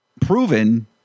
proven